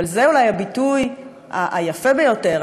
אבל זה אולי הביטוי היפה ביותר,